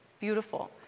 beautiful